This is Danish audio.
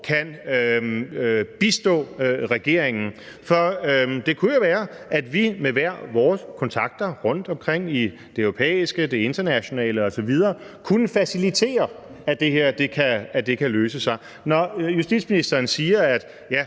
kan bistå regeringen. For det kunne jo være, at vi med hver vores kontakter rundtomkring i det europæiske, det internationale osv. kunne facilitere, at det her kan løses. Når justitsministeren siger, at